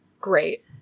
great